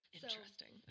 Interesting